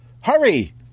Hurry